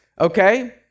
okay